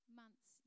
months